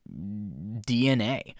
DNA